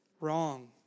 wrong